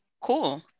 cool